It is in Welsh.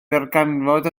ddarganfod